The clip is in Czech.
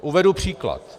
Uvedu příklad.